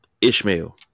Ishmael